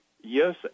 yes